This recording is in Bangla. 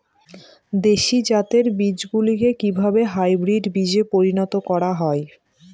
দেশি জাতের বীজগুলিকে কিভাবে হাইব্রিড বীজে পরিণত করা হয়?